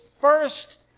first